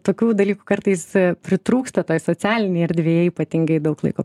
tokių dalykų kartais pritrūksta toj socialinėj erdvėj ypatingai daug laiko